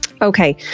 Okay